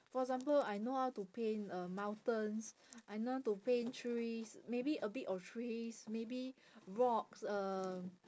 for example I know how to paint uh mountains I know how to paint trees maybe a bit of trees maybe rocks um